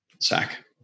Sack